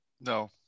No